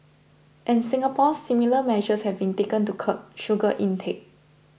in Singapore similar measures have been taken to curb sugar intake